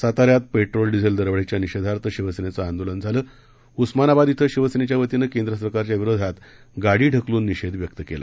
साताऱ्यात petrol diesel दरवाढीच्या निषेधार्त शिवसेनेचे आंदोलन झाले उस्मानाबाद इथं शिवसेनेच्या वतीनं केंद्र सरकारच्या विरोधात गाडी ढकलून निषेध व्यक्त करण्यात आला